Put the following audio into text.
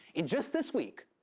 and just this week,